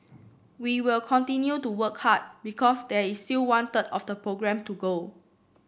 we will continue to work hard because there is still one third of the programme to go